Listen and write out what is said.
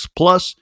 plus